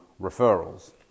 referrals